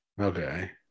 Okay